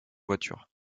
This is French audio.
voitures